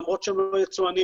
למרות שהם לא יצואנים,